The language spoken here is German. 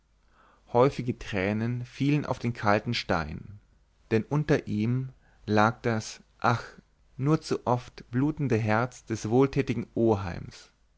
häufige tränen fielen auf den kalten stein denn unter ihm lag das ach nur zu oft blutende herz des wohltätigen oheims